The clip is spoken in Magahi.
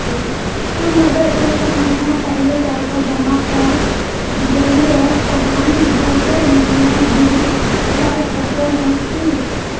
हम अगर एक महीना पहले पैसा जमा कर देलिये ते हम दोसर महीना बिल ला सके है की?